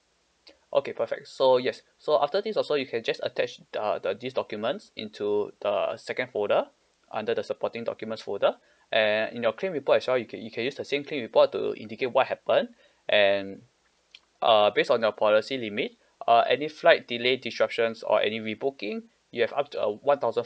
okay perfect so yes so after this also you can just attach uh the these documents into the second folder under the supporting documents folder and in your claim report as well you can you can use the same claim report to indicate what happened and uh based on your policy limit uh any flight delay disruptions or any rebooking you have up to a one thousand